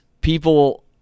People